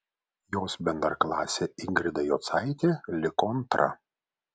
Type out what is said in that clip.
jos bendraklasė ingrida jocaitė liko antra